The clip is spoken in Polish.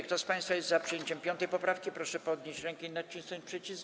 Kto z państwa jest za przyjęciem 5. poprawki, proszę podnieść rękę i nacisnąć przycisk.